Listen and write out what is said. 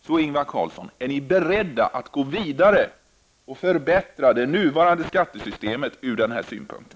Är ni, Ingvar Carlsson, beredda att gå vidare och förbättra det nuvarande skattesystemet från den här synpunkten?